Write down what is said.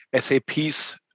SAP's